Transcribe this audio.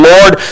Lord